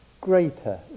greater